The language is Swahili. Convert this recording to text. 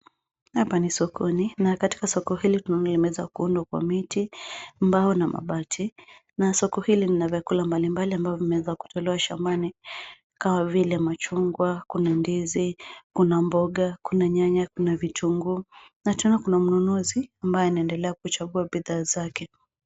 Hapa ni sokoni, na katika soko hili tunaona limewezwa kuundwa kwa miti , mbao na mabati, na soko hili lina vyakula mbalimbali ambavyo vimezwa kutolewa shambani, kama vile kuna machungwa, kuna ndizi, kuna mboga kuna nyanya , kuna vitunguu na tena kuna mnunuzi ambaye anaendelea kuchagua bidhaa zake.